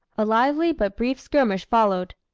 a lively but brief skirmish followed.